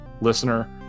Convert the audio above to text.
listener